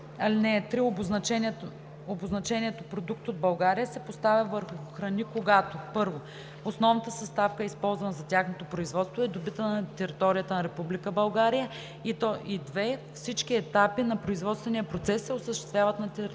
(3) Обозначението „Продукт от България“ се поставя върху храни, когато: 1. основната съставка, използвана за тяхното производство, е добита на територията на Република България, и 2. всички етапи на производствения процес се осъществяват на територията